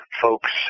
folks